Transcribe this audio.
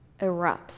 erupts